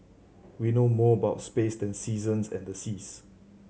we know more about space than the seasons and the seas